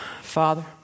Father